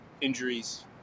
injuries